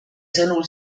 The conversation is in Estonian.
sõnul